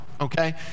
okay